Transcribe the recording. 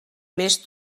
més